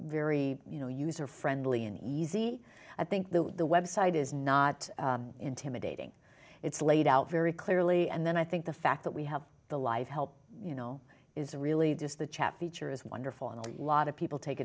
know user friendly and easy i think the website is not intimidating it's laid out very clearly and then i think the fact that we have the live help you know is really just the chat feature is wonderful and a lot of people take